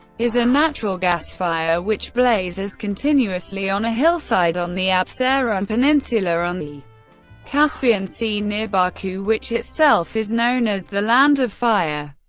is a natural gas fire which blazes continuously on a hillside on the absheron peninsula on the caspian sea near baku, which itself is known as the land of fire.